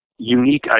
unique